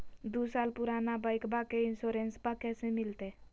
दू साल पुराना बाइकबा के इंसोरेंसबा कैसे मिलते?